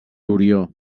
orió